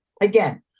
again